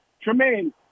Tremaine